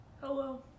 Hello